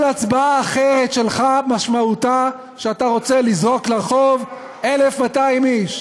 כל הצבעה אחרת שלך משמעותה שאתה רוצה לזרוק לרחוב 1,200 איש.